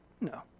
No